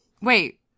Wait